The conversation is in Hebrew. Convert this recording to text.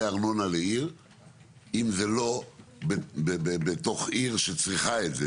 ארנונה לעיר אם זה לא בתוך עיר שצריכה את זה,